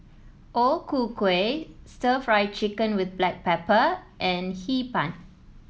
O Ku Kueh stir Fry Chicken with Black Pepper and Hee Pan